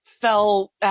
fell